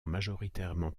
majoritairement